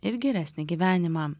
ir geresnį gyvenimą